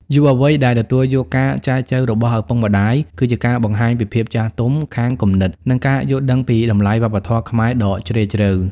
យុវវ័យដែលទទួលយកការចែចូវរបស់ឪពុកម្ដាយ គឺជាការបង្ហាញពី "ភាពចាស់ទុំខាងគំនិត" និងការយល់ដឹងពីតម្លៃវប្បធម៌ខ្មែរដ៏ជ្រាលជ្រៅ។